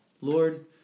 Lord